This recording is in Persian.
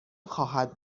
خواهد